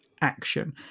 action